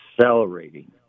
accelerating